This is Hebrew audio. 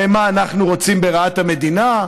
הרי מה, אנחנו רוצים ברעת המדינה?